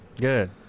Good